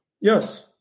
yes